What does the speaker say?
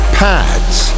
pads